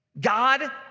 God